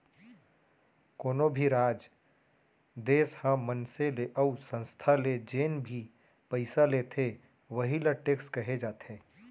कोनो भी राज, देस ह मनसे ले अउ संस्था ले जेन भी पइसा लेथे वहीं ल टेक्स कहे जाथे